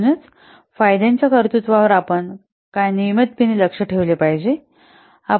म्हणूनच फायद्याच्या कर्तृत्वावर आपण काय नियमितपणे लक्ष ठेवले पाहिजे